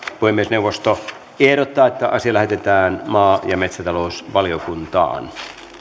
puhemiesneuvosto ehdottaa että asia lähetetään maa ja metsätalousvaliokuntaan